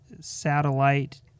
satellite